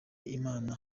imana